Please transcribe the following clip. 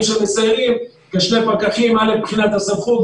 שמסיירים ושני פקחים מבחינת הסמכות,